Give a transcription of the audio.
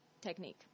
technique